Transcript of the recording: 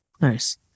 Nice